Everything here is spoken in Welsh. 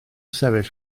sefyll